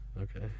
Okay